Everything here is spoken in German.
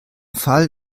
fall